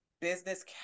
business